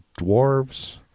dwarves